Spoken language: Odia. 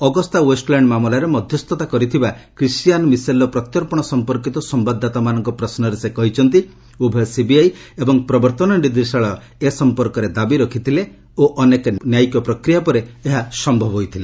ଅଗସ୍ତା ଓ୍ପେଷ୍ଟଲାଣ୍ଡ ମାମଲାରେ ମଧ୍ୟସ୍ତତା କରିଥିବା କ୍ରିଷ୍ଟିୟାନ୍ ମିସେଲ୍ର ପ୍ରତ୍ୟର୍ପଣ ସମ୍ପର୍କୀତ ସମ୍ଘାଦଦାତାମାନଙ୍କ ପ୍ରଶ୍ନରେ ସେ କହିଛନ୍ତି ଉଭୟ ସିବିଆଇ ଏବଂ ପ୍ରବର୍ତ୍ତନ ନିର୍ଦ୍ଦେଶାଳୟ ଏ ସମ୍ପର୍କରେ ଦାବି ରଖିଥିଲେ ଏବଂ ଅନେକ ନ୍ୟାୟିକ ପ୍ରକ୍ରିୟା ପରେ ଏହା ସମ୍ଭବ ହୋଇଥିଲା